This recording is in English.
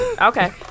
Okay